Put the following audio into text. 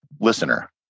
listener